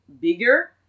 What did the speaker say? bigger